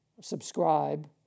subscribe